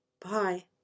Bye